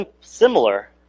similar